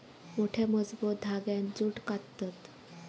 मोठ्या, मजबूत धांग्यांत जूट काततत